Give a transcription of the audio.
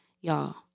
y'all